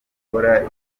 gukora